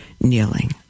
kneeling